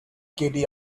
katie